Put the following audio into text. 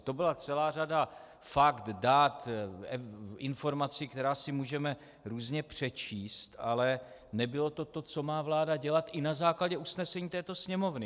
To byla celá řada fakt, dat, informací, které si můžeme různě přečíst, ale nebylo to to, co má vláda dělat i na základě usnesení této Sněmovny.